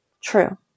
True